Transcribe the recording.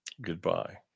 Goodbye